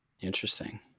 Interesting